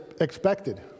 expected